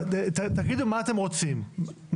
תגידו מה אתם רוצים,